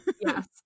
Yes